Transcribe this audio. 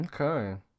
Okay